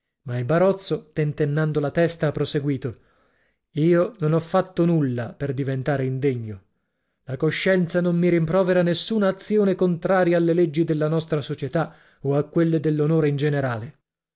ma il barozzo tentennando la testa ha proseguito io non ho fatto nulla per diventare indegno la coscienza non mi rimprovera nessuna azione contraria alle leggi della nostra società o a quelle dell'onore in generale